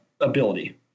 ability